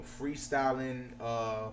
freestyling